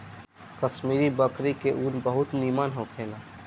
कश्मीरी बकरी के ऊन बहुत निमन होखेला